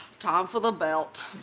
tom for the belt.